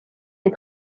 les